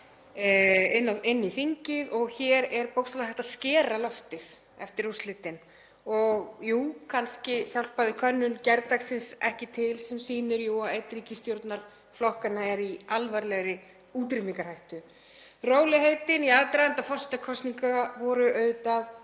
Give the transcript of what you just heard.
inn í þingið og hér er bókstaflega hægt að skera loftið eftir úrslitin. Og jú, kannski hjálpaði könnun gærdagsins ekki til sem sýnir jú að einn ríkisstjórnarflokkanna er í alvarlegri útrýmingarhættu. Rólegheitin í aðdraganda forsetakosninga voru auðvitað